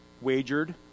wagered